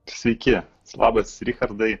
sveiki labas richardai